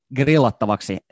grillattavaksi